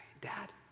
dad